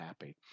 happy